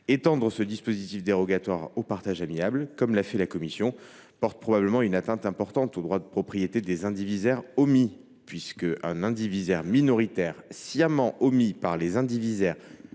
Étendre ce dispositif dérogatoire au partage amiable, comme l’a fait la commission, porte probablement une atteinte importante au droit de propriété des indivisaires omis, puisqu’un indivisaire minoritaire sciemment omis par les indivisaires majoritaires